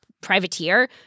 privateer